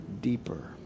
deeper